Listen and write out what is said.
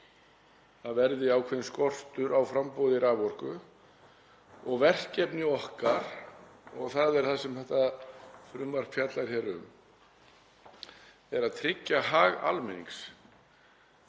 það verði ákveðinn skortur á framboði raforku og verkefni okkar, og það er það sem þetta frumvarp fjallar um, er að tryggja hag almennings.